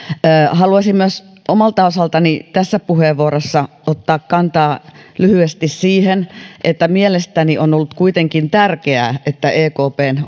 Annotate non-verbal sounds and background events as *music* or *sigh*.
haluaisin myös omalta osaltani tässä puheenvuorossa ottaa kantaa lyhyesti siihen että mielestäni on ollut kuitenkin tärkeää että ekpn *unintelligible*